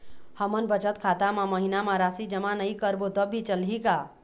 हमन बचत खाता मा महीना मा राशि जमा नई करबो तब भी चलही का?